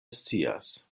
scias